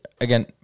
again